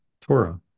Torah